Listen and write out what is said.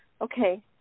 okay